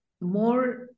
more